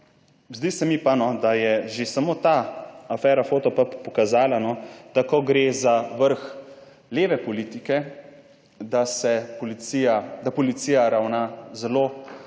Zdi se mi pa, no, da je že samo ta afera Fotopub pokazala, no, da ko gre za vrh leve politike, da se policija, da